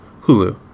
Hulu